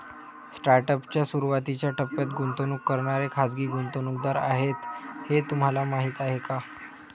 Startup च्या सुरुवातीच्या टप्प्यात गुंतवणूक करणारे खाजगी गुंतवणूकदार आहेत हे तुम्हाला माहीत आहे का?